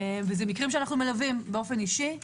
זה מקרים שאנו מלווים אישית,